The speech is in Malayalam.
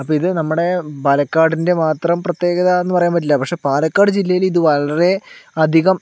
അപ്പോൾ ഇത് നമ്മുടെ പാലക്കാടിൻ്റെ മാത്രം പ്രത്യേകത എന്ന് പറയാൻ പറ്റില്ല പക്ഷെ പാലക്കാട് ജില്ലയിൽ ഇത് വളരെ അധികം